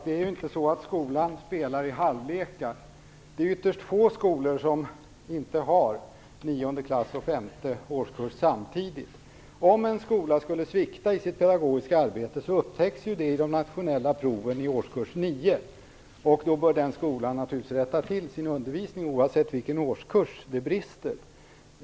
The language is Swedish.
Herr talman! Skolan spelar inte i halvlekar, Beatrice Ask. Det är ytterst få skolor som inte har femte och nionde klass samtidigt. Om en skola skulle svikta i sitt pedagogiska arbete upptäcks det i de nationella proven i årskurs 9. Då bör den skolan naturligtvis rätta till sin undervisning, oavsett i vilken årskurs det brister.